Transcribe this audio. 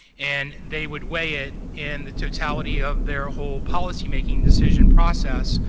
and they would weigh it in the totality of their whole policy-making decision process